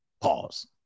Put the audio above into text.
Pause